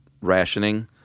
rationing